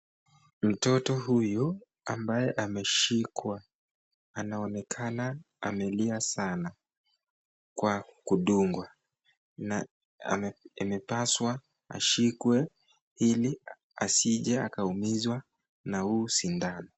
Mtoto huyu ambaye ameshikwa anaonekana amelia sana kwa kudungwa, na imepaswa ashikwe ili asije akaumizwa na huu shindano.